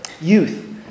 youth